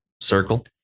circle